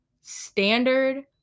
standard